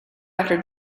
after